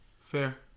Fair